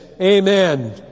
Amen